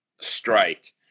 strike